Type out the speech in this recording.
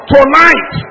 Tonight